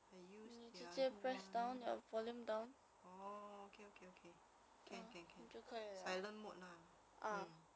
I use that one orh okay okay okay can can can silent mode lah mm